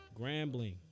Grambling